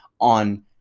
on